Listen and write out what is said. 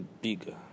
bigger